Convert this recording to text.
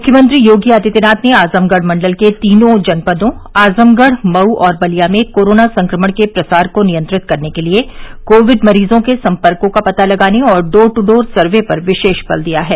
मुख्यमंत्री योगी आदित्यनाथ ने आजमगढ़ मण्डल के तीनों जनपदों आजमगढ़ मऊ और बलिया में कोरोना संक्रमण के प्रसार को नियंत्रित करने के लिए कोविड मरीजों के सम्पर्कों का पता लगाने और डोर टू डोर सर्वे पर विशेष बल दिया है